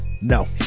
no